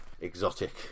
exotic